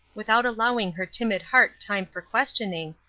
without allowing her timid heart time for questioning,